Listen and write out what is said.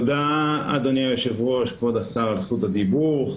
תודה, אדוני היושב-ראש, כבוד השר, על זכות הדיבור.